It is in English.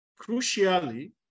Crucially